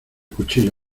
cuchillo